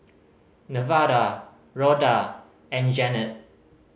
Nevada Rhoda and Jeanette